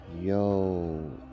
Yo